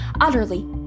utterly